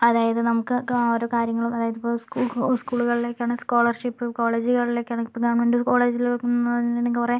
അതായത് നമുക്ക് കാ ഓരോ കാര്യങ്ങളും അതായത് ഇപ്പോൾ സ്കൂൾക്കോ സ്കൂളുകളിലേക്ക് ആണേൽ സ്കോളർഷിപ്പ് കോളേജുകളിലേക്ക് ആണെങ്കിൽ ഗവൺമെൻറ് കോളേജിലേക്ക് എന്ന് പറയുകയാണെങ്കിൽ കുറെ